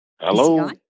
Hello